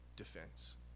defense